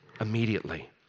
Immediately